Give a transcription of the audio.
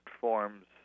forms